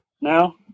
now